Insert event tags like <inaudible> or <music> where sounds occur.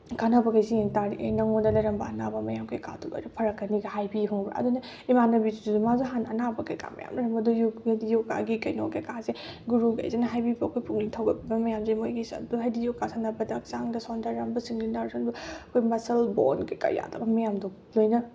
ꯀꯥꯟꯅꯕꯈꯩꯁꯦ ꯌꯦꯡ ꯇꯥꯔꯗꯤ ꯑꯦ ꯅꯪꯉꯣꯟꯗ ꯂꯩꯔꯝꯕ ꯑꯅꯥꯕ ꯃꯌꯥꯝ ꯀꯩꯀꯥꯗꯣ ꯂꯣꯏꯅ ꯐꯔꯛꯀꯅꯤꯒ ꯍꯥꯏꯕꯤ ꯈꯪꯕ꯭ꯔꯥ ꯑꯗꯨꯅ ꯏꯃꯥꯟꯅꯕꯤꯗꯨꯁꯨ ꯃꯥꯁꯨ ꯍꯥꯟꯅ ꯑꯅꯥꯕ ꯀꯩꯀꯥ ꯃꯌꯥꯝ ꯂꯩꯔꯝꯕꯗꯣ ꯌꯣꯒꯥꯒꯤ ꯀꯩꯅꯣ ꯀꯩꯀꯥꯁꯦ ꯒꯨꯔꯨꯈꯩꯁꯤꯅ ꯍꯥꯏꯕꯤꯕ ꯑꯩꯈꯣꯏ ꯄꯨꯛꯅꯤꯡ ꯊꯧꯒꯠꯄꯤꯕ ꯃꯌꯥꯝꯁꯦ ꯃꯣꯏꯒꯤꯁꯨ ꯑꯗꯨ ꯍꯥꯏꯗꯤ ꯌꯣꯒꯥ ꯁꯥꯟꯅꯕꯗ ꯍꯛꯆꯥꯡꯗ ꯁꯣꯟꯊꯔꯝꯕ ꯁꯤꯡꯂꯤ ꯅꯥꯎꯔꯤ <unintelligible> ꯑꯩꯈꯣꯏ ꯃꯁꯜ ꯕꯣꯟ ꯀꯩꯀꯥ ꯌꯥꯗꯕ ꯃꯌꯥꯝꯗꯣ ꯂꯣꯏꯅ